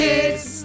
Kids